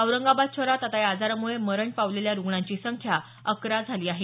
औरंगाबाद शहरात आता या आजारामुळे मरण पावलेल्या रुग्णांची संख्या अकरा झाली आहे